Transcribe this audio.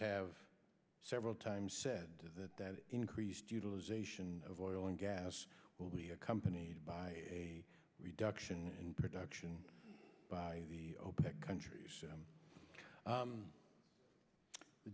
have several times said that that increased utilization of oil and gas will be accompanied by a reduction in production by the opec countries